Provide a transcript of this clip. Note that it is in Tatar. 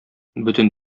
бөтен